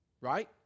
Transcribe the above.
right